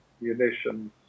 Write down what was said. munitions